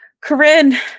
Corinne